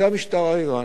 זה המשטר האירני,